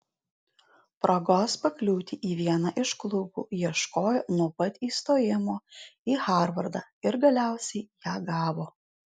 progos pakliūti į vieną iš klubų ieškojo nuo pat įstojimo į harvardą ir galiausiai ją gavo